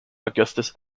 augustus